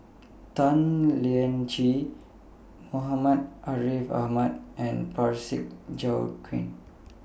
Tan Lian Chye Muhammad Ariff Ahmad and Parsick Joaquim